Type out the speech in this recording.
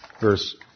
verse